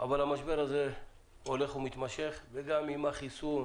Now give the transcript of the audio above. אבל המשבר הזה הולך ומתמשך וגם עם החיסון